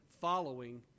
following